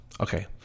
okay